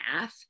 math